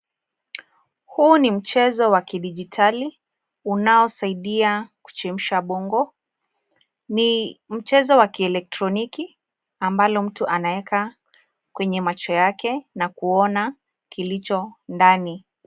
Huu ni mchezo wa kidijitali unaosaidia kuchemsha bongo. Ni mchezo wa kielektroniki ambalo mtu anaeka kwenye macho yake na kuona kilicho ndani.